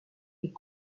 est